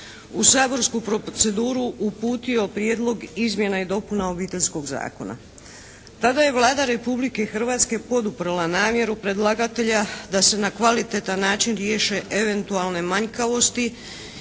u saborsku proceduru uputio Prijedlog izmjena i dopuna Obiteljskog zakona. Tada je Vlada Republike Hrvatske poduprla namjeru predlagatelja da se na kvalitetan način riješe eventualne manjkavosti